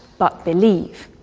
but believe'.